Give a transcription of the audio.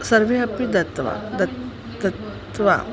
सर्वाणि अपि दत्त्वा दत्त्वा दत्त्वा